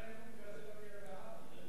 ההצעה להעביר את הצעת חוק